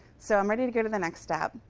so i'm ready to go to the next step.